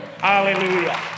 Hallelujah